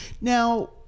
Now